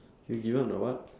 if given the what